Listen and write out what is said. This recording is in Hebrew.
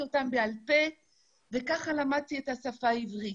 אותן בעל פה וכך למדתי את השפה העברית.